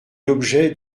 l’objet